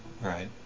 Right